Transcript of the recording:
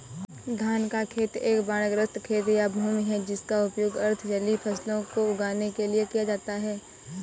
धान का खेत एक बाढ़ग्रस्त खेत या भूमि है जिसका उपयोग अर्ध जलीय फसलों को उगाने के लिए किया जाता है